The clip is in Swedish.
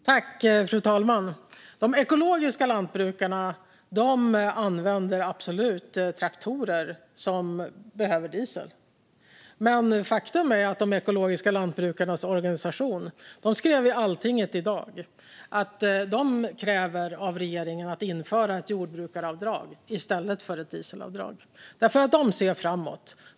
Fru talman! De ekologiska lantbrukarna använder absolut traktorer som behöver diesel. Men faktum är att de ekologiska lantbrukarnas organisation skrev i Altinget i dag att de kräver att regeringen inför ett jordbruksavdrag i stället för ett dieselavdrag. De ser nämligen framåt.